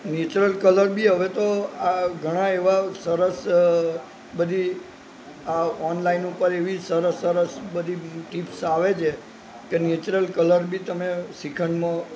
natural colour બી હવે તો આ ઘણા એવા સરસ બધી ઓનલાઈન ઉપર એવી સરસ સરસ બધી ટીપ્સ આવે છે કે નેચરલ કલર બી તમે શ્રીખંડમાં